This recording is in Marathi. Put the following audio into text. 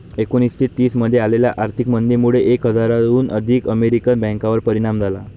एकोणीसशे तीस मध्ये आलेल्या आर्थिक मंदीमुळे एक हजाराहून अधिक अमेरिकन बँकांवर परिणाम झाला